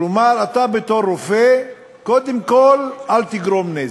כלומר, אתה בתור רופא, קודם כול, אל תגרום נזק.